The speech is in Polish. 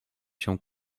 się